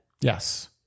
yes